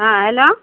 हँ हैलो